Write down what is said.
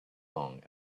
long